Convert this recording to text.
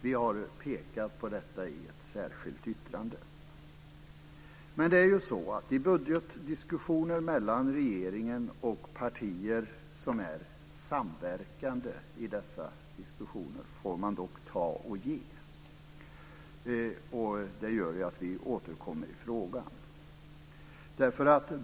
Vi har pekat på detta i ett särskilt yttrande. I budgetdiskussioner mellan regeringen och de partier som är samverkande i dessa diskussioner får man dock ta och ge. Det gör att vi återkommer i frågan.